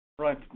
Right